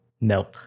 No